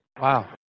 Wow